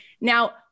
Now